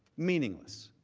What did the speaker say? meaning less.